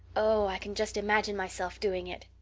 oh, i can just imagine myself doing it.